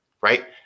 right